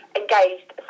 engaged